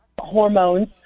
hormones